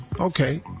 Okay